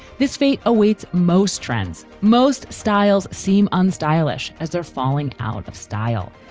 this fate awaits most trends. most styles seem unstylish as they're falling out of style.